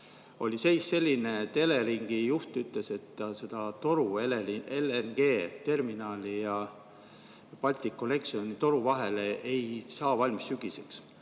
oli seis selline, et Eleringi juht ütles, et ta seda toru LNG-terminali ja Balticconnectori vahele ei saa sügiseks